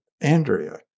Andrea